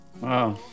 Wow